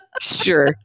Sure